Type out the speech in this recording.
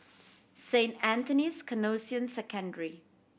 Saint Anthony's Canossian Secondary